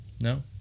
no